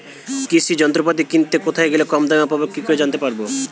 কৃষি যন্ত্রপাতি কিনতে কোথায় গেলে কম দামে পাব কি করে জানতে পারব?